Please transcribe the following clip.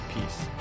peace